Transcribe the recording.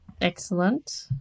Excellent